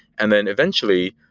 and then eventually,